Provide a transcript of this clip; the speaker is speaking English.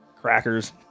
Crackers